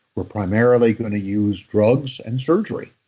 we're primarily going to use drugs and surgery.